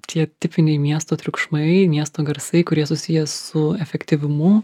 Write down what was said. čia tipiniai miesto triukšmai miesto garsai kurie susiję su efektyvumu